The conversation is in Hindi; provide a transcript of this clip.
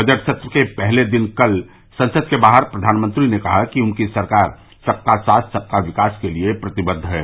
बजट सत्र के पहले दिन कल संसद के बाहर प्रधानमंत्री ने कहा कि उनकी सरकार सबका साथ सबका विकास के लिए प्रतिबद्द है